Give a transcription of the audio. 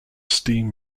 steam